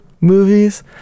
movies